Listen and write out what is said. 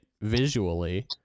visually